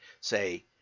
say